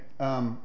Okay